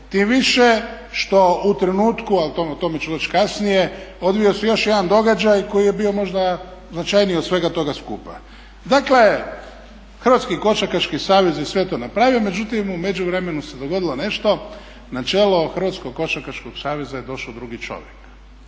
tim više što u trenutku a o tome ću reći kasnije odvijao se još jedan događaj koji je bio možda značajniji od svega toga skupa. Dakle, Hrvatski košarkaški savez je sve to napravio. Međutim, u međuvremenu se dogodilo nešto, na čelo Hrvatskog košarkaškog saveza je došao drugi čovjek.